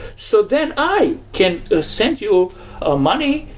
so then i can send you ah money.